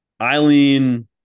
Eileen